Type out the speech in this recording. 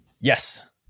Yes